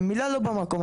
מילה לא במקום,